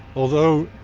although,